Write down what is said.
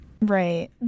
Right